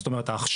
זאת אומרת ההכשרה,